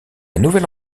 nouvelle